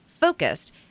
focused